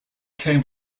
came